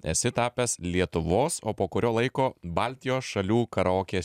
esi tapęs lietuvos o po kurio laiko baltijos šalių karaokės